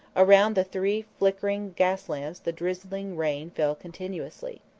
around the three flickering gas-lamps the drizzling rain fell continuously.